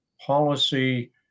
policy